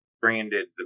branded